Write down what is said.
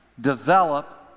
develop